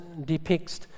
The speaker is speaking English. depicts